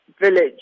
village